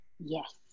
Yes